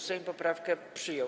Sejm poprawkę przyjął.